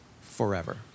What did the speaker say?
forever